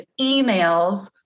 emails